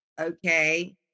okay